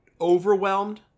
overwhelmed